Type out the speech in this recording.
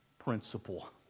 principle